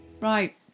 Right